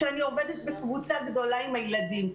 כשאני עובדת בקבוצה גדולה עם הילדים.